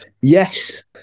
Yes